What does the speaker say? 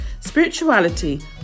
spirituality